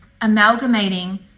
amalgamating